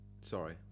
Sorry